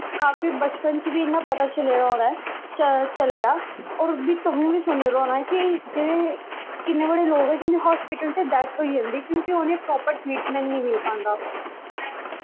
काफी बचपन च बी इ'यां पता चले दा होना ऐ चले दा उ'नें तुसें बी सुने दा होना ऐ कि किन्ने बड़े लोग ऐं जिं'दी हास्पिटल च डैथ होई जंदी क्योंकि उ'नेंगी प्रापर ट्रीटमैंट निं मिल पांदा उं'दा